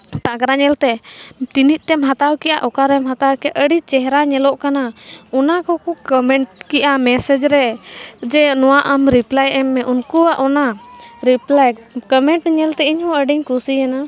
ᱯᱟᱜᱽᱨᱟ ᱧᱮᱞᱛᱮ ᱛᱤᱱᱟᱹᱜ ᱛᱮᱢ ᱦᱟᱛᱟᱣ ᱠᱮᱫᱼᱟ ᱚᱠᱟᱨᱮᱢ ᱦᱟᱛᱟᱣᱠᱮᱫ ᱟᱹᱰᱤ ᱪᱮᱦᱮᱨᱟ ᱧᱮᱞᱚᱜ ᱠᱟᱱᱟ ᱚᱱᱟ ᱠᱚ ᱠᱚ ᱠᱚᱢᱮᱱᱴ ᱠᱮᱫᱼᱟ ᱢᱮᱥᱮᱡᱨᱮ ᱡᱮ ᱱᱚᱣᱟ ᱟᱢ ᱨᱤᱯᱞᱟᱭ ᱮᱢ ᱢᱮ ᱩᱱᱠᱩᱭᱟᱜ ᱚᱱᱟ ᱨᱤᱯᱞᱟᱭ ᱠᱚᱢᱮᱱᱴ ᱧᱮᱞᱛᱮ ᱧᱤᱦᱚᱸ ᱟᱹᱰᱤ ᱠᱩᱥᱤᱭᱮᱱᱟ